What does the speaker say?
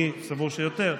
אני סבור שיותר,